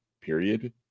period